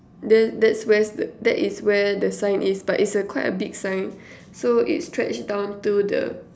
the that's where that is where the sign is but is a quite a big sign so it stretch down to the